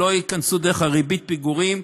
שלא ייכנסו דרך ריבית הפיגורים,